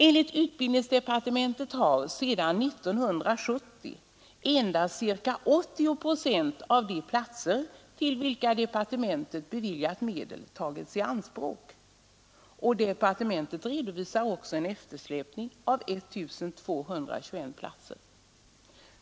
Enligt utbildningsdepartementet har sedan 1970 endast ca 80 procent av de platser till vilka departementet beviljat medel tagits i anspråk. Och departementet redovisar en eftersläpning av 1 221 platser.